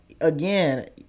again